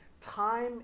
Time